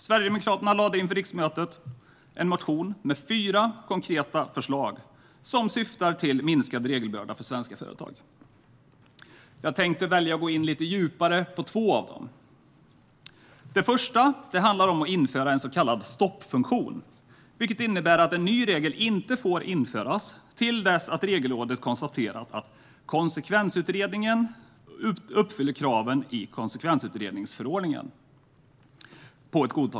Sverigedemokraterna väckte inför riksmötet en motion med fyra konkreta förslag som syftar till minskad regelbörda för svenska företag. Jag väljer att gå in lite djupare på två av dem. Det första förslaget handlar om att införa en så kallad stoppfunktion. Den innebär att en ny regel inte får införas till dess att Regelrådet konstaterat att konsekvensutredningen på ett godtagbart sätt uppfyller kraven i konsekvensutredningsförordningen.